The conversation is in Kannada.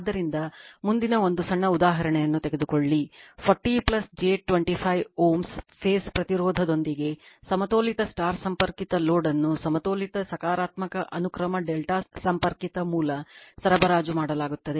ಆದ್ದರಿಂದ ಮುಂದಿನ ಒಂದು ಸಣ್ಣ ಉದಾಹರಣೆಯನ್ನು ತೆಗೆದುಕೊಳ್ಳಿ 40 j 25 Ω ಫೇಸ್ ಪ್ರತಿರೋಧದೊಂದಿಗೆ ಸಮತೋಲಿತ Star ಸಂಪರ್ಕಿತ ಲೋಡ್ ಅನ್ನು ಸಮತೋಲಿತ ಸಕಾರಾತ್ಮಕ ಅನುಕ್ರಮ ಡೆಲ್ಟಾ ಸಂಪರ್ಕಿತ ಮೂಲ ಸರಬರಾಜು ಮಾಡಲಾಗುತ್ತದೆ